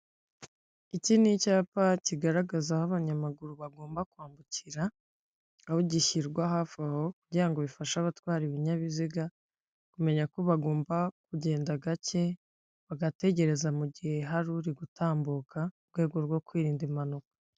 Iki ni icyapa kigaragaza aho abanyamaguru bagomba bambukira aho gishyirwa hafi aho kugira ngo bifashe abatwara ibinyabiziga kumenye ko bagomba kugenda gake bagategereza mu gihe hari uri gutambuka mu rwego rwo kwirinda impanuka.